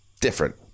different